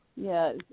Yes